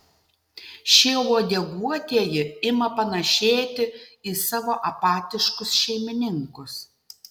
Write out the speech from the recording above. šie uodeguotieji ima panašėti į savo apatiškus šeimininkus